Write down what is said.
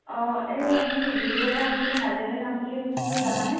অঁ এই আমি বিহু বজাৰ কৰিবলৈ নাজিৰালৈ যাম বুলি ভাবিছিলোঁ যাবানে